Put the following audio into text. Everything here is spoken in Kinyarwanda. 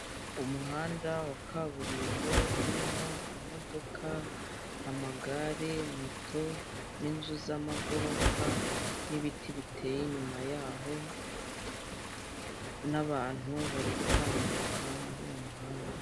Umuhanda wa kaburimbo urimo imodoka, amagare, moto n'inzu z'amagorofa n'ibiti biteye inyuma yaho n'abantu bari gutambuka muri uwo muhanda.